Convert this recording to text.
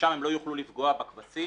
שמשם הם לא יוכלו לפגוע בכבשים,